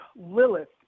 Lilith